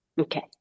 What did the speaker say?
Okay